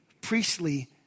priestly